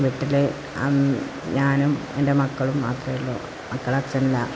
വീട്ടിലെ ഞാനും എൻ്റെ മക്കളും മാത്രമേയുള്ളു മക്കളുടെ അച്ഛനില്ല